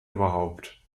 überhaupt